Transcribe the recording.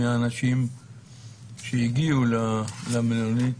מאנשים שהגיעו למלוניות?